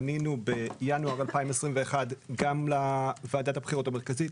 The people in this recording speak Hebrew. פנינו בינואר 2021 גם לוועדת הבחירות המרכזית,